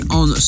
on